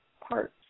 parts